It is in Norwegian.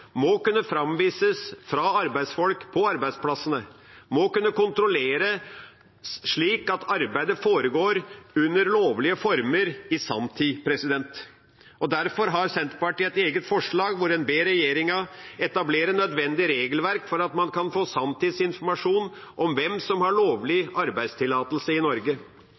må kunne framvises fra arbeidsfolk på arbeidsplassene og kunne kontrolleres, slik at arbeidet foregår under lovlige former i sanntid. Derfor har Senterpartiet et eget forslag, hvor en ber regjeringa etablere nødvendig regelverk for at man kan få sanntidsinformasjon om hvem som har lovlig arbeidstillatelse i Norge.